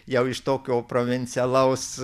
jau iš tokio provincialaus